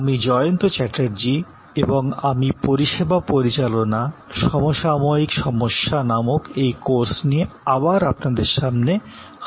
আমি জয়ন্ত চ্যাটার্জি এবং আমি পরিষেবা পরিচালনা সমসাময়িক সমস্যা নামক এই কোর্স নিয়ে আবার আপনাদের সামনে হাজির হয়েছি